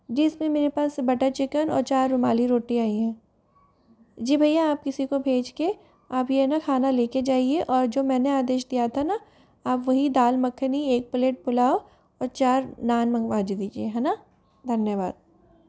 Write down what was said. जी sir में मेरे पास बटर चिकन और चार रुमाली रोटी आई हैं जी भय्या आप किसी को भेज के आप ये ना खाना ले कर जाइए और जो मैंने आदेश दिया था ना आप वही दाल मखनी एक प्लेट पुलाव और चार नांन मंगवा दीजिए है ना धन्यवाद